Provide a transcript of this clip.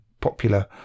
popular